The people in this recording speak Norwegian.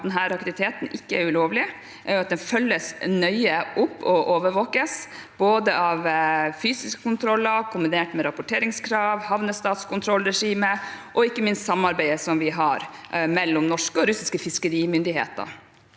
at denne aktiviteten ikke er ulovlig, og at den følges nøye opp og overvåkes, med både fysiske kontroller kombinert med rapporteringskrav, havnestatskontrollregimet og ikke minst samarbeidet som er mellom norske og russiske fiskerimyndigheter.